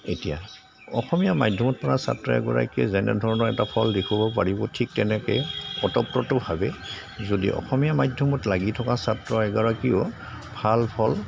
এতিয়া অসমীয়া মাধ্যমত পঢ়া ছাত্ৰ এগৰাকীয়ে যেনেধৰণৰ এটা ফল দেখুৱাব পাৰিব ঠিক তেনেকৈ ওতঃপ্ৰোতভাৱে যদি অসমীয়া মাধ্যমত লাগি থকা ছাত্ৰ এগৰাকীয়েও ভাল ফল